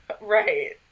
Right